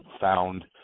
found